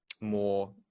more